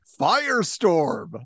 firestorm